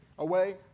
Away